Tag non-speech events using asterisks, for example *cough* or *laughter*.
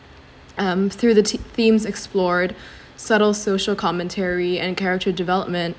um through the th~ themes explored *breath* subtle social commentary and character development